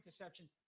interceptions